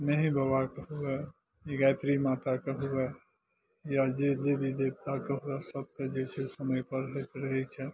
मे ही बाबाके हुए जे गायत्री माताके हुए या जे देवी देवताके हुए सबके जे छै से समयपर होइत रहय छै